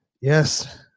Yes